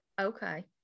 Okay